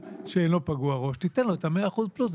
שאינו פגוע ראש והיא תיתן לו את ה-100% פלוס.